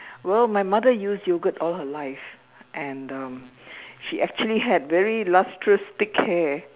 well my mother used yogurt all her life and um she actually had very lustrous thick hair